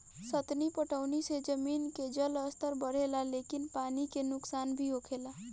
सतही पटौनी से जमीन के जलस्तर बढ़ेला लेकिन पानी के नुकसान भी होखेला